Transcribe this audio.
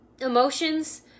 emotions